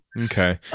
Okay